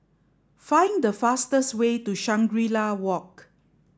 find the fastest way to Shangri La Walk